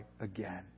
again